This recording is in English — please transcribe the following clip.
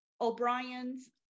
O'Brien's